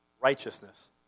righteousness